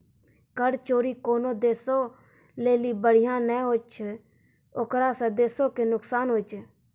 कर चोरी कोनो देशो लेली बढ़िया नै होय छै ओकरा से देशो के नुकसान होय छै